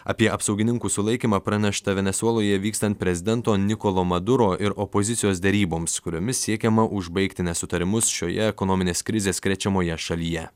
apie apsaugininkų sulaikymą pranešta venesueloje vykstant prezidento nikolo maduro ir opozicijos deryboms kuriomis siekiama užbaigti nesutarimus šioje ekonominės krizės krečiamoje šalyje